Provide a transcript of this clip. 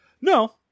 No